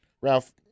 Ralph